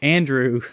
Andrew